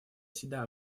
всегда